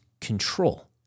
control